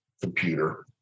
computer